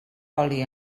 oli